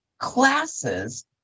Classes